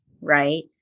right